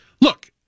look